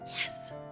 Yes